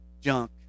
junk